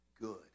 good